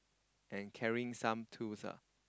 and carrying some tools ah